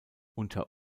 unter